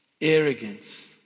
arrogance